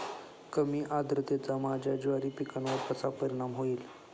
कमी आर्द्रतेचा माझ्या ज्वारी पिकावर कसा परिणाम होईल?